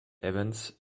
evans